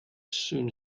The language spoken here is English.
soon